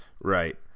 Right